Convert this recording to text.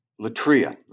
latria